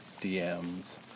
DMs